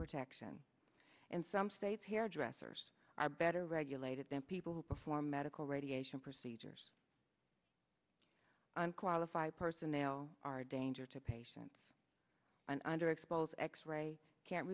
protection and some states hairdressers are better regulated than people who perform medical radiation procedures on qualified personnel are danger to patients and underexposed x ray can't